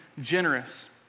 generous